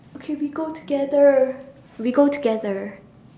okay we go together we go together